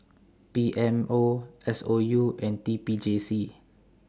P M O S O U and T P J C